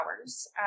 hours